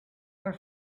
are